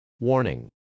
Warning